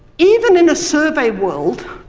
even in a survey world,